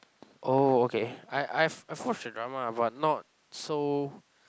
oh okay I I've I've watched the drama lah but not so